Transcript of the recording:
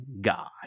god